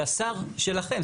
שהשר שלכם,